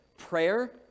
Prayer